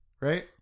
right